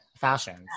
fashions